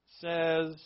says